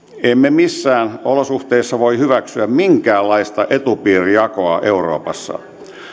emme missään olosuhteissa voi hyväksyä minkäänlaista etupiirijakoa euroopassa